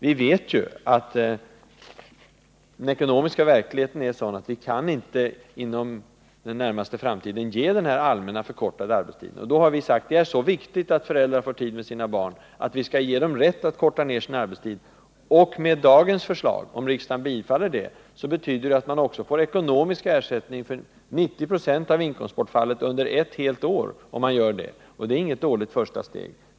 Vi vet ju att den ekonomiska verkligheten är sådan, att vi inte inom den närmaste framtiden kan införa en allmän förkortad arbetstid. Då har vi sagt att det är så viktigt att föräldrar får tid för sina barn att vi skall ge dem rätt att förkorta sin arbetstid. Om riksdagen bifaller det förslag som föreligger, betyder det att dessa föräldrar också får ekonomisk ersättning för 90 96 av inkomstbortfallet under ett helt år. Det är inget dåligt första steg.